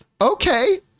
okay